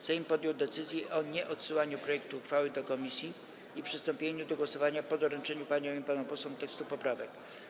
Sejm podjął decyzję o nieodsyłaniu projektu uchwały do komisji i przystąpieniu do głosowania po doręczeniu paniom i panom posłom tekstu poprawek.